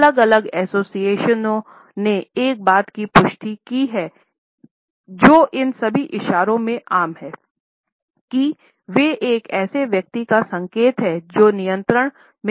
अलग अलग एसोसिएशनों ने एक बात की पुष्टि की है जो इन सभी इशारों में आम है कि वे एक ऐसे व्यक्ति का संकेत हैं जो नियंत्रण में महसूस करता है